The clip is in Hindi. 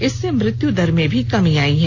इससे मृत्यु दर में भी कमी आई है